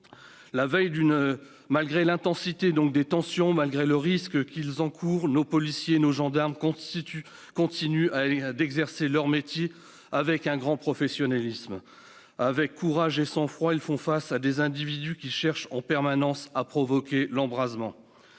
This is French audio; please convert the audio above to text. dernier. Malgré l'intensité des tensions, malgré le risque qu'ils encourent, nos policiers et nos gendarmes continuent d'exercer leur métier avec un grand professionnalisme. Avec courage et sang-froid, ils font face à des individus qui cherchent en permanence à provoquer l'embrasement.